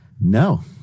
No